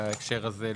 בהקשר הזה,